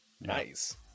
Nice